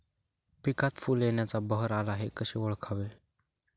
पिकात फूल येण्याचा बहर आला हे कसे ओळखावे?